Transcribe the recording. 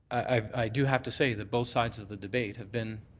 i do have to say that both sides of the debate have been